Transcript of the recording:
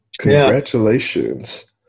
Congratulations